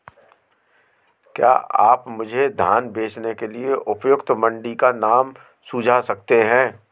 क्या आप मुझे धान बेचने के लिए उपयुक्त मंडी का नाम सूझा सकते हैं?